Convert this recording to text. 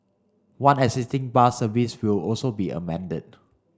one existing bus service will also be amended